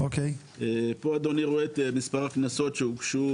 פה אדוני רואה את מספר הקנסות שהוגשו